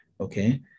Okay